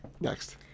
Next